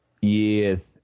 Yes